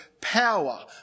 power